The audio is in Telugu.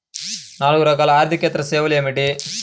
నాలుగు రకాల ఆర్థికేతర సేవలు ఏమిటీ?